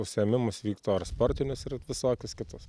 užsiėmimus vykdo ar sportinius ir visokius kitus